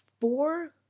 four